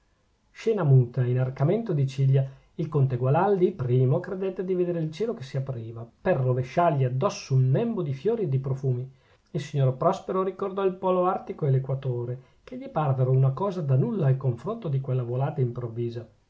scena muta e inarcamento di ciglia il conte gualandi primo credette di vedere il cielo che si apriva per rovesciargli addosso un nembo di fiori e di profumi il signor prospero ricordò il polo artico e l'equatore che gli parvero una cosa da nulla al confronto di quella volata improvvisa